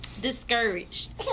discouraged